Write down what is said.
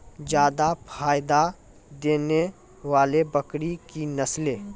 जादा फायदा देने वाले बकरी की नसले?